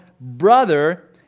brother